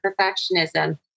perfectionism